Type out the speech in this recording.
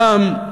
פעם,